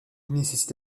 nécessite